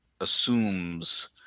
assumes